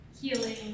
healing